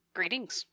Greetings